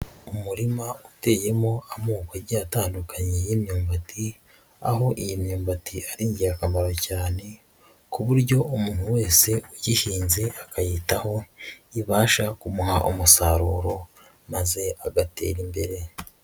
Umurima uteyemo amoko agiye atandukanye y'imyumbati, aho iyi myumbati ari ingirakamaro cyane ku buryo umuntu wese uyihinze akayitaho, ibasha kumuha umusaruro maze agatera imbere.